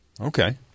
Okay